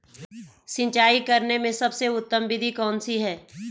सिंचाई करने में सबसे उत्तम विधि कौन सी है?